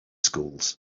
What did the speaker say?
schools